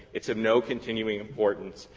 it's of no continuing importance.